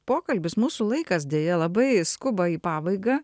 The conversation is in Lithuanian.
pokalbis mūsų laikas deja labai skuba į pabaigą